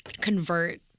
convert